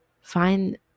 Find